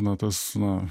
na tas na